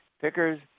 pickers